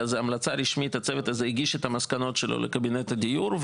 הצוות הזה הגיש את המסקנות שלו לקבינט הדיור,